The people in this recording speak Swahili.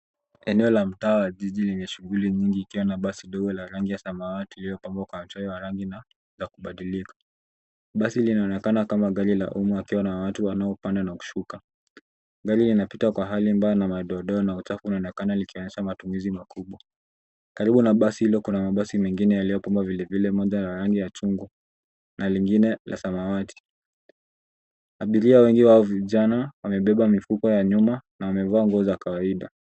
Eneo la mtaa wa jiji lenye shughuli nyingi ikiwa na basi ndogo la rangi ya samawati iliyopambwa kwa uchoyo wa rangi ya kubadilika. Basi linaonekana kama gari la umma likiwa na watu wanaopanda na kushuka. Gari linapita kwa hali mbaya na madoadoa na uchafu unaonekana likionyesha matumizi makubwa. Karibu na basi hilo kuna mabasi mengine yaliyopambwa vilevile moja ya rangi ya chungwa na lingine la samawati. Abiria wengi wa vijana wamebeba mifupa ya nyuma na wamevaa nguo za kawaida.